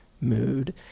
mood